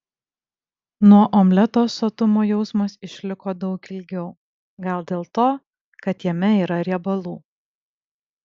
nuo omleto sotumo jausmas išliko daug ilgiau gal dėl to kad jame yra riebalų